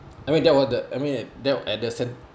I mean that was the I mean that at the sen~